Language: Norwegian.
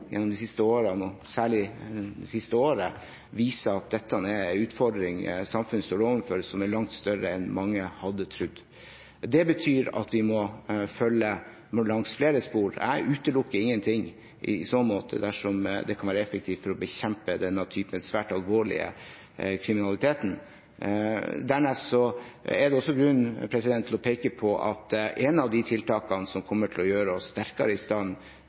gjennom de siste årene og særlig det siste året, viser at dette er en utfordring som samfunnet står overfor, som er langt større enn mange hadde trodd. Det betyr at vi må følge opp langs flere spor. Jeg utelukker ingen ting i så måte dersom det kan være effektivt for å bekjempe denne typen svært alvorlig kriminalitet. Dernest er det også grunn til å peke på at et av de tiltakene som kommer til å gjøre oss sterkere i stand